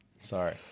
Sorry